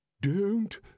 Don't